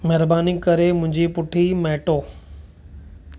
महिरबानी करे मुंहिंजी पुठी महिटियो